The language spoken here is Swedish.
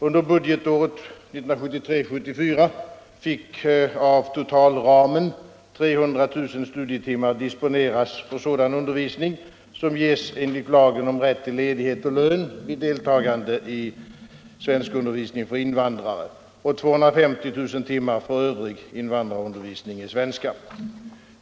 Under budgetåret 1973/74 fick av totalramen 300 000 studietimmar disponeras för sådan undervisning som ges enligt lagen om rätt till ledighet och lön vid deltagande i svenskundervisning för invandrare och 250 000 timmar för övrig invandrarundervisning i svenska.